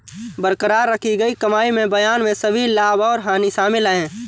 बरकरार रखी गई कमाई में बयान में सभी लाभ और हानि शामिल हैं